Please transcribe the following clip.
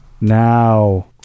now